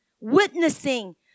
witnessing